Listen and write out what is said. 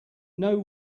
know